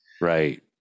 right